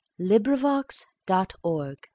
LibriVox.org